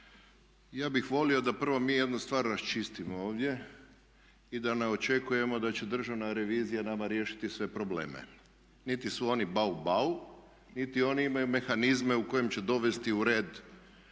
Ja bih volio da prvo mi jednu stvar raščistimo ovdje i da ne očekujemo da će državna revizija nama riješiti sve probleme. Niti su oni bau bau niti oni imaju mehanizme u kojima će dovesti u red